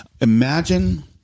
imagine